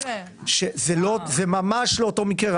--- זה ממש לא אותו מקרה.